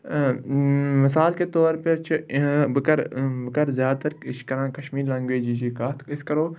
مِثال کے طور پے چھِ بہٕ کَرٕ بہٕ کَرٕ زیادٕتَر أسۍ چھِ کَران کشمیٖر لنٛگویجِچی کَتھ أسۍ کَرو